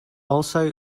also